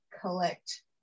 collect